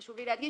חשוב לי להדגיש,